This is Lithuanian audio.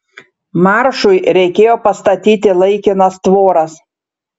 maršui reikėjo pastatyti laikinas tvoras